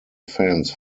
fans